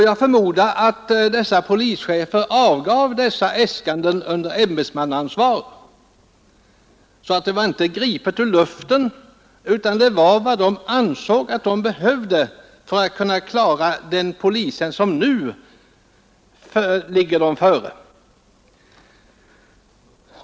Jag förmodar att dessa polischefer avgav sina äskanden under ämbetsmannaansvar. Antalet var sålunda inte gripet ur luften, utan det var vad de ansåg att de behövde för att klara de uppgifter som åligger polisen.